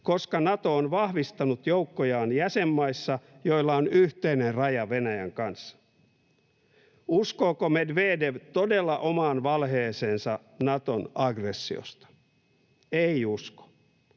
koska Nato on vahvistanut joukkojaan jäsenmaissa, joilla on yhteinen raja Venäjän kanssa. Uskooko Medvedev todella omaan valheeseensa Naton aggressiosta? Ei usko.